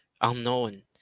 unknown